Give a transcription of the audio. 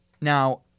Now